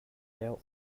deuh